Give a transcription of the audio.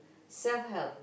self help